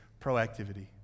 proactivity